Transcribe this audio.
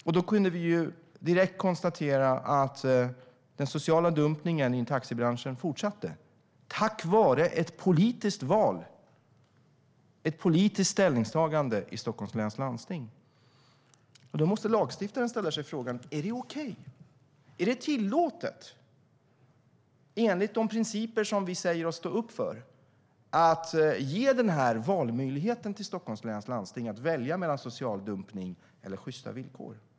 Direkt kunde vi då konstatera att den sociala dumpningen i taxibranschen fortsatte på grund av ett politiskt ställningstagande i Stockholms läns landsting. Då ställer sig lagstiftaren frågan: Är det okej? Är det tillåtet enligt de principer som vi säger oss stå upp för att ge denna möjlighet till Stockholms läns landsting att välja mellan social dumpning och sjysta villkor?